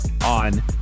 on